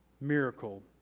miracle